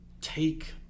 take